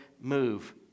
move